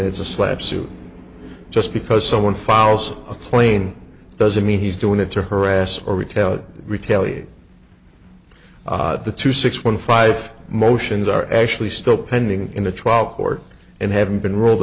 it's a slap suit just because someone fouls a plane doesn't mean he's doing it to harass or retell retaliate the two six one five motions are actually still pending in the trial court and haven't been ruled